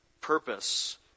purpose